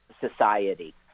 society